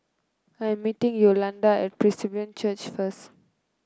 I am meeting Yolanda at Presbyterian Church first